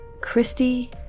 Christy